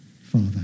Father